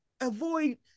avoid